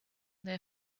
their